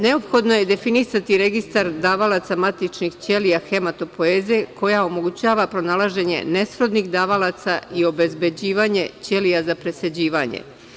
Neophodno je definisati registar davalaca matičnih ćelija hematopoeze koja omogućava pronalaženje nesrodnih davalaca i obezbeđivanje ćelija za presađivanje.